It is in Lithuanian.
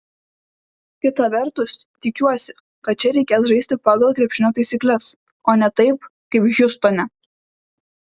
kita vertus tikiuosi kad čia reikės žaisti pagal krepšinio taisykles o ne taip kaip hjustone